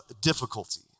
difficulty